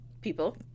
people